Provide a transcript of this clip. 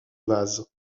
vases